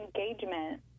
engagement